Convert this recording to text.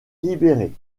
libéré